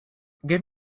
give